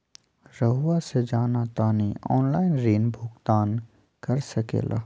रहुआ से जाना तानी ऑनलाइन ऋण भुगतान कर सके ला?